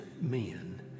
men